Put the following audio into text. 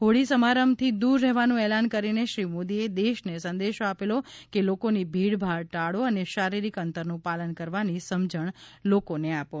હોળી સમારંભથી દૂર રહેવાનું એલાન કરીને શ્રી મોદીએ દેશને સંદેશો આપેલો કે લોકોની ભીડભાડ ટાળો અને શારીરિક અંતરનું પાલન કરવાની સમજણ લોકોને આપો